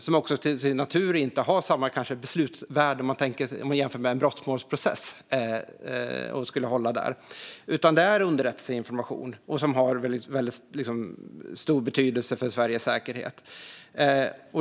Den har kanske inte till sin natur samma beslutsvärde som något som skulle hålla i en brottmålsprocess, om man gör den jämförelsen, utan detta är underrättelseinformation som har stor betydelse för Sveriges säkerhet.